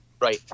Right